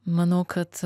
manau kad